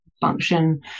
function